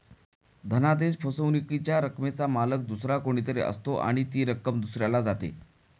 धनादेश फसवणुकीच्या रकमेचा मालक दुसरा कोणी तरी असतो आणि ती रक्कम दुसऱ्याला जाते